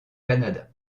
canada